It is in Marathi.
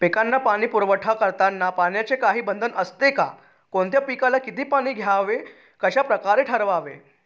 पिकांना पाणी पुरवठा करताना पाण्याचे काही बंधन असते का? कोणत्या पिकाला किती पाणी द्यावे ते कशाप्रकारे ठरवावे?